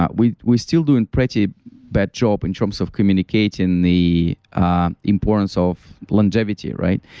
ah we we still doing pretty bad job in terms of communicating the ah importance of longevity, right?